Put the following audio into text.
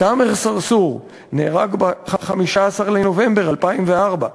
תאמר סרסור נהרג ב-15 בנובמבר 2004,